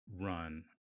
run